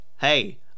Hey